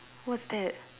what's that